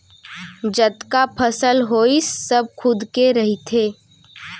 जतका फसल होइस सब खुद के रहिथे